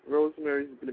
Rosemary's